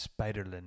Spiderland